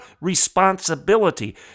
responsibility